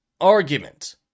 argument